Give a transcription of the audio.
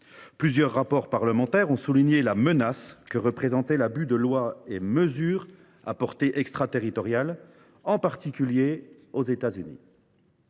Plusieurs rapports parlementaires ont souligné la menace que représente l’abus de lois et mesures à portée extraterritoriale, en particulier aux États Unis.